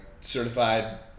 certified